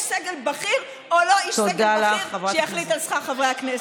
סגל בכיר או לא איש סגל בכיר שיחליט על שכר חברי הכנסת.